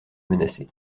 menacées